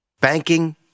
Banking